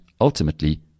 ultimately